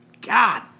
God